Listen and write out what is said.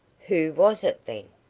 who was it, then?